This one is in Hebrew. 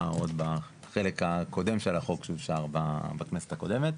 עוד בחלק הקודם של החוק שאושר בכנסת הקודמת.